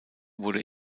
wurde